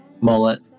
Mullet